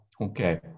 Okay